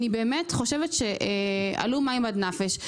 אני חושבת שהגיעו מים עד נפש.